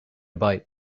bite